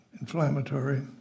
inflammatory